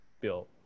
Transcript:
bill